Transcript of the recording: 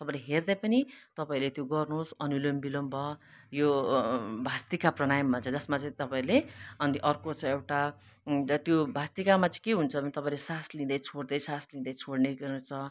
तपाईँले हेर्दै पनि तपाईँले त्यो गर्नुहोस् अनुलोम विलोम भयो यो भस्त्रिका प्रणायाम भन्छ जसमा चाहिँ तपाईँले अन्त अर्को छ एउटा त्यो भस्त्रिकामा चाहिँ के हुन्छ भने तपाईँले सास लिँदै छोढ्दै सास लिँदै छोढ्ने गर्छ